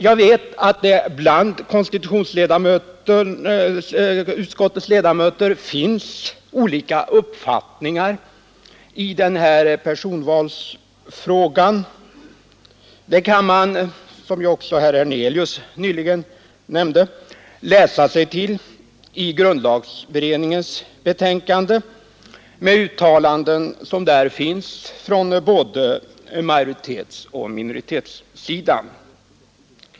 Jag vet att det bland konstitutionsutskottets ledamöter finns olika uppfattningar i personvalsfrågan. Det kan man, som ju också herr Hernelius nyligen nämnde, läsa sig till i grundlagberedningens betänkande, där det finns uttalanden från både majoritetsoch minoritetssidan.